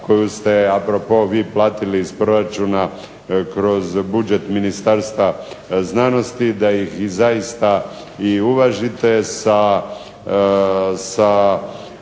koju ste a propos vi platili iz proračuna kroz budžet Ministarstva znanosti, da ih i zaista i uvažite u